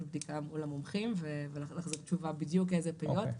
בדיקה מול המומחים ולהחזיר תשובה בדיוק איזה פעילויות.